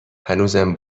هنوزم